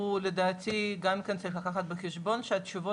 לדעתי גם צריך לקחת בחשבון שהתשובות